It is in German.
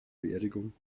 beerdigung